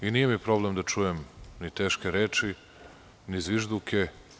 Nije mi problem da čujem ni teške reči ni zvižduke.